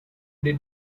did